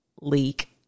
leak